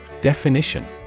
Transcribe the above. Definition